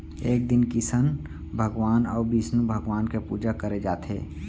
ए दिन किसन भगवान अउ बिस्नु भगवान के पूजा करे जाथे